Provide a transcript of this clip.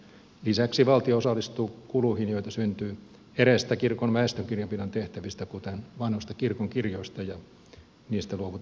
lisäksi valtio osallistuu kuluihin joita syntyy eräistä kirkon väestökirjanpidon tehtävistä kuten vanhoista kirkonkirjoista ja niistä luovutettavista tiedoista